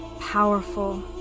powerful